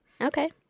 Okay